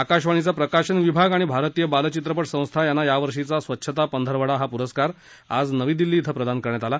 आकाशवाणीचा प्रकाशन विभाग आणि भारतीय बालचित्रपट संस्था यांना यावर्षीचा स्वच्छता पंधरवडा हा पुरस्कार आज नवी दिल्ली धिं प्रदान करण्यात आला